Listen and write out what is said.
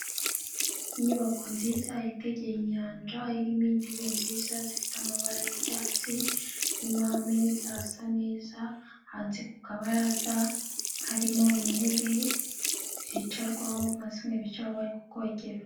Inyubako nziza yitegeye inyanja irimo intebe nziza zifite amabara y'icyatsi, irimo ameza asa neza, hanze ku kabaraza, harimo intebe, zicarwaho nka zimwe bicaraho bari ku bwogero.